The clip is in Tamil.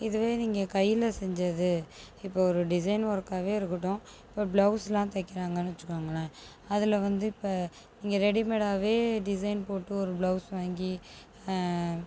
இதுவே நீங்கள் கையில் செஞ்சது இப்போ ஒரு டிசைன் ஒர்க்காவே இருக்கட்டும் இப்போ பிளவுஸ்லான் தைக்கிறாங்கனு வச்சுக்கோங்களேன் அதில் வந்து இப்போ நீங்கள் ரெடிமேடாவே டிசைன் போட்டு ஒரு பிளவுஸ் வாங்கி